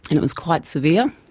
and it was quite severe.